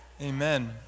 Amen